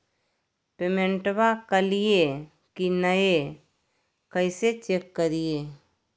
पेमेंटबा कलिए की नय, कैसे चेक करिए?